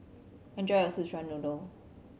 enjoy your Szechuan Noodle